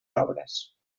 obres